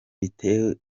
bitewe